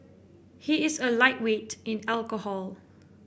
he is a lightweight in alcohol